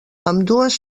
ambdues